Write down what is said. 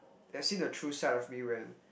they have seen the true side of me when